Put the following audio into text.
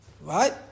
Right